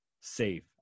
safe